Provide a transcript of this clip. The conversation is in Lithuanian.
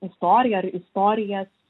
istoriją ar istorijas